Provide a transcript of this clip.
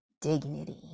dignity